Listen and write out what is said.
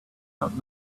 out